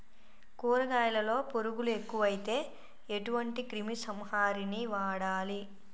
కూరగాయలలో పురుగులు ఎక్కువైతే ఎటువంటి క్రిమి సంహారిణి వాడాలి?